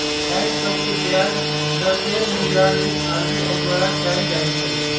bank सभ के ब्याज दर के निगरानी आर.बी.आई द्वारा कएल जाइ छइ